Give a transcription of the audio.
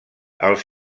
els